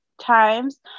times